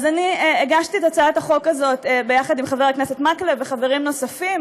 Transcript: אז אני הגשתי את הצעת החוק הזאת יחד עם חבר הכנסת מקלב וחברים נוספים.